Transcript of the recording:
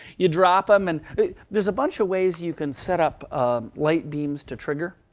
you drop them, and there's a bunch of ways you can set up light beams to trigger.